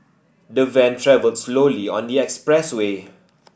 the van travelled slowly on the expressway